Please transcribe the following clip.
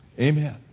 Amen